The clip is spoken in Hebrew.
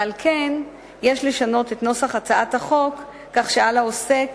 ועל כן יש לשנות את נוסח הצעת החוק כך שעל העוסק